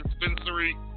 Dispensary